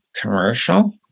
commercial